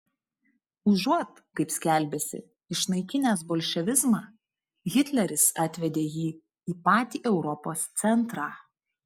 užuot kaip skelbėsi išnaikinęs bolševizmą hitleris atvedė jį į patį europos centrą